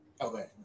okay